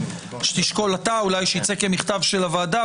שתשקול אולי שייצא מכתב של הוועדה,